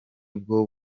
bwo